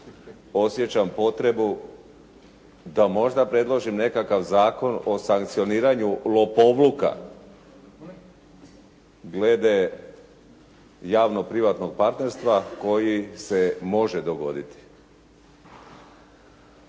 osjećam potrebu da možda predložim nekakav zakon o sankcioniranju lopovluka glede javno-privatnog partnerstva koji se može dogoditi.